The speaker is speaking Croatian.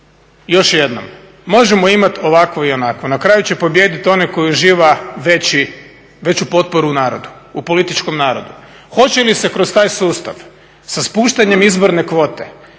još jednom, možemo imati ovakvo i onakvo, na kraju će pobijediti onaj koji uživa veću potporu u narodu, u političkom narodu. Hoće li se kroz taj sustav sa spuštanjem izborne kvote